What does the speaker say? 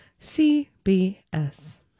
CBS